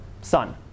Sun